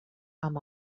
amb